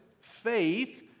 faith